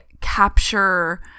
capture